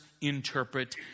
interpret